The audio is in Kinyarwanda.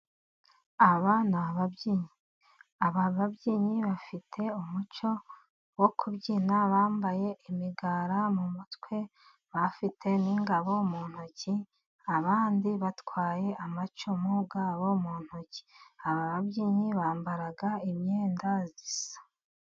Aba ni ababyinnyi. Aba babyinnyi bafite umuco wo kubyina bambaye imigara mu mutwe, bafite n'ingabo mu ntoki. Abandi batwaye amacumu yabo mu ntoki. Aba babyinnyi bambara imyenda isa.